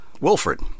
Wilfred